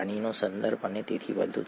પાણીનો સંદર્ભ અને તેથી વધુ